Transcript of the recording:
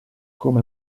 come